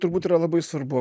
turbūt yra labai svarbu